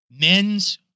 men's